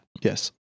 Yes